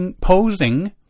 posing